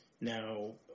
Now